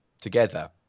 together